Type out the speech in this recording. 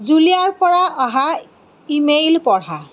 জুলিয়াৰ পৰা অহা ইমেইল পঢ়া